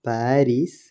Paris